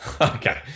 Okay